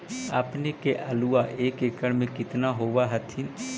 अपने के आलुआ एक एकड़ मे कितना होब होत्थिन?